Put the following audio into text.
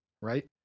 right